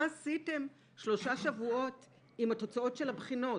מה עשיתם שלושה שבועות עם התוצאות של הבחינות?